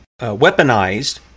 weaponized